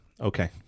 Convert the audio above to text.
okay